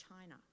China